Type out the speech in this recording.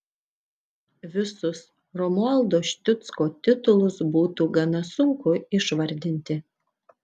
visus romualdo ščiucko titulus būtų gana sunku išvardinti